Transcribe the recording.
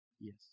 Yes